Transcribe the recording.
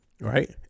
Right